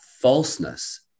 falseness